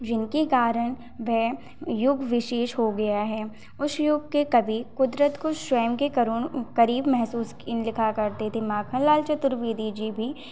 जिनके कारण वह युग विशेष हो गया है उस युग के कवि क़ुदरत को श्वयं के करुण क़रीब महसूस किन लिखा करते थे माखनलाल चतुर्वेदी जी भी